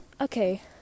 Okay